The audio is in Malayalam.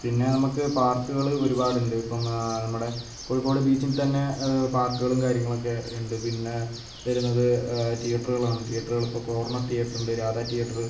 പിന്നെ നമുക്ക് പാർക്കുകൾ ഒരുപാടുണ്ട് ഇപ്പം നമ്മുടെ കോഴിക്കോട് ബീച്ചിൽ തന്നെ പാർക്കുകളും കാര്യങ്ങളൊക്കെ ഉണ്ട് പിന്നെ വരുന്നത് ടീയറ്ററുകളാണ് ടീയേറ്ററുകൾ ഇപ്പോൾ കോർണർ തിയേറ്ററുണ്ട് രാധ ടീയറ്ററ്